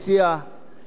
כדי שבאמת